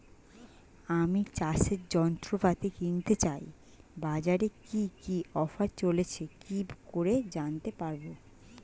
আমি চাষের যন্ত্রপাতি কিনতে চাই বাজারে কি কি অফার চলছে কি করে জানতে পারবো?